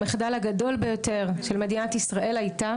המחדל הגדול ביותר של מדינת ישראל הייתה